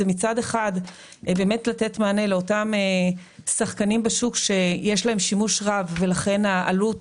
נועד מצד אחד לתת מענה לאותם שחקנים בשוק שיש להם שימוש רב ולכן העלות